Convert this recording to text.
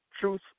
truth